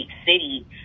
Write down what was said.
city